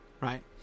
right